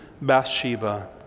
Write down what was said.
Bathsheba